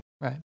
right